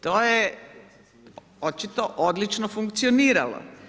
To je očito odlično funkcioniralo.